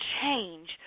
change